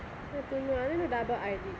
I don't know I only know double eyelid